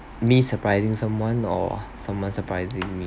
me surprising someone or someone surprising me